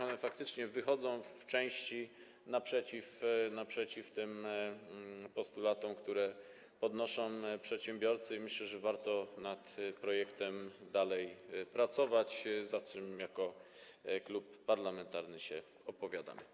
One faktycznie wychodzą w części naprzeciw tym postulatom, które podnoszą przedsiębiorcy, i myślę, że warto nad projektem dalej pracować, za czym jako klub parlamentarny się opowiadamy.